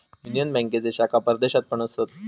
union बँकेचे शाखा परदेशात पण असत